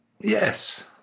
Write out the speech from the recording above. Yes